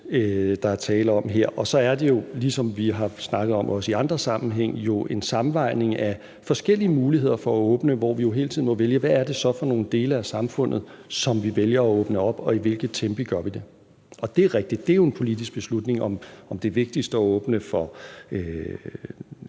der er tale om her, og så er det jo, ligesom vi har snakket om også i andre sammenhænge, en afvejning af forskellige muligheder for at åbne, hvor vi jo hele tiden må vælge, hvad det så er for nogle dele af samfundet, som vi vælger at åbne, og i hvilke tempi vi gør det. Og det er rigtigt, at det jo er en politisk beslutning, om det er vigtigst at åbne for